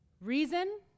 Reason